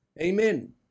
Amen